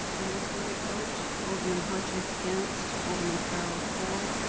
on the recorded vote, alderman hodges against, alderman farrell for,